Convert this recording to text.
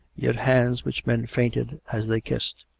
yet hands which men fainted as they kissed.